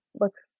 looks